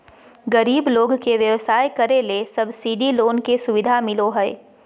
गरीब लोग के व्यवसाय करे ले सब्सिडी लोन के सुविधा मिलो हय